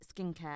skincare